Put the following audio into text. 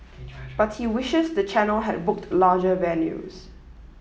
but he wishes the channel had booked larger venues